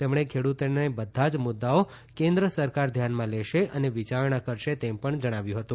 તેમણે ખેડૂતોને બધા જ મુદ્દાઓ કેન્દ્ર સરકાર ધ્યાનમાં લેશે તથા વિયારણા કરશે તેમ પણ જણાવ્યું હતું